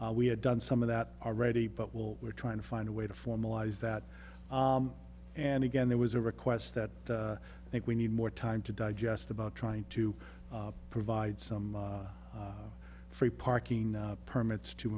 we have done some of that already but will we're trying to find a way to formalize that and again there was a request that i think we need more time to digest about trying to provide some free parking permits to